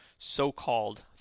so-called